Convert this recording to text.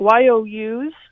YOU's